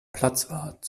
platzwart